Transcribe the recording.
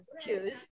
choose